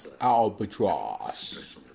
Albatross